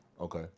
Okay